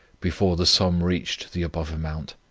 before the sum reached the above amount.